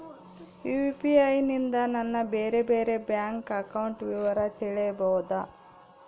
UPI ನಿಂದ ನನ್ನ ಬೇರೆ ಬೇರೆ ಬ್ಯಾಂಕ್ ಅಕೌಂಟ್ ವಿವರ ತಿಳೇಬೋದ?